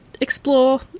explore